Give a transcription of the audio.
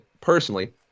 personally